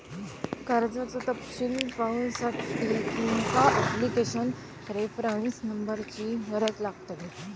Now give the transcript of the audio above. कर्जाचो तपशील पाहुसाठी तुमका ॲप्लीकेशन रेफरंस नंबरची गरज लागतली